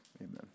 amen